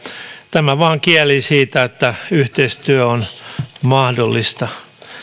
tämä kielii vain siitä että yhteistyö on mahdollista